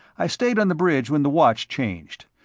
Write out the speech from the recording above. i stayed on the bridge when the watch changed.